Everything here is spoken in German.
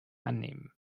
annehmen